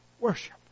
worship